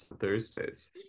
Thursdays